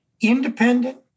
independent